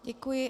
Děkuji.